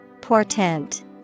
Portent